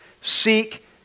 seek